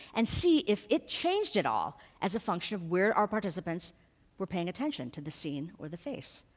and see if it changed at all, as a function of where our participants were paying attention to the scene or the face,